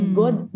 good